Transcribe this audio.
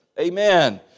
Amen